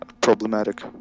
problematic